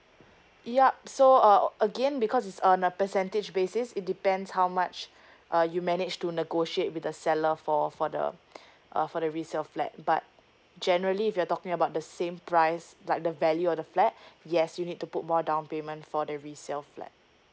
yup so uh again because is on a percentage basis it depends how much uh you manage to negotiate with the seller for for the uh for the resale flat but generally if you're talking about the same price like the value of the flat yes you need to put more down payment for the resale flat